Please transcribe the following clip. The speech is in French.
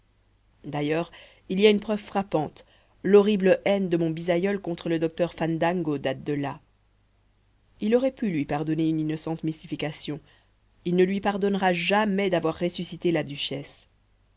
d'ailleurs il y a une preuve frappante l'horrible haine de mon bisaïeul contre le docteur fandango date de là il aurait pu lui pardonner une innocente mystification il ne lui pardonnera jamais d'avoir ressuscité la duchesse